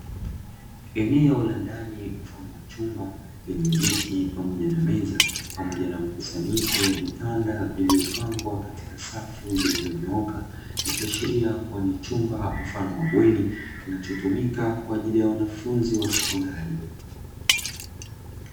Eneo la ndani mfano wa chumba lenye viti pamoja na meza pamoja na mkusanyiko wa vitanda, vilivyopangwa katika safu zilizonyooka ikiashiria kuwa ni chumba mfano wa bweni kinachotumika kwa ajili ya wanafunzi wa sekondari.